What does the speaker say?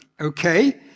okay